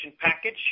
package